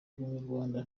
rwanda